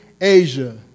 Asia